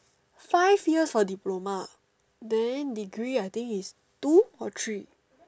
five years for diploma then degree is I think is two or three